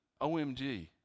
OMG